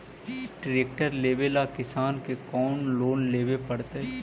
Tractor लेवेला किसान के कौन लोन लेवे पड़तई?